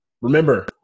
remember